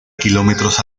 kilómetros